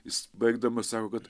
jis baigdamas sako kad